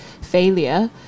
failure